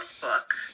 book